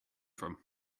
from